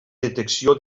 detecció